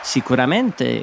Sicuramente